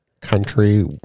country